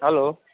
hello